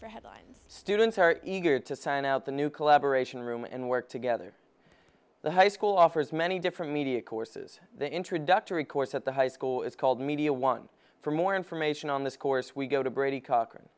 for headlines students are injured to sign up the new collaboration room and work together the high school offers many different media courses the introductory course at the high school is called media one for more information on this course we go to brady cochran